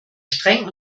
streng